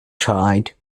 child